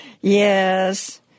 yes